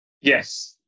Yes